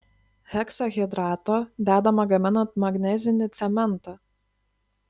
heksahidrato dedama gaminant magnezinį cementą